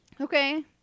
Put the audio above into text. Okay